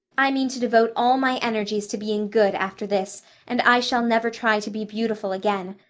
i mean to devote all my energies to being good after this and i shall never try to be beautiful again.